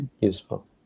useful